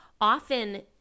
often